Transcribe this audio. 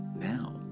Now